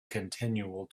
continual